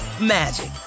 magic